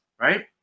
right